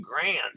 grand